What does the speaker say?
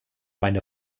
meine